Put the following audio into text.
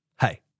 hey